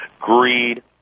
Greed